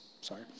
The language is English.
Sorry